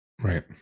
Right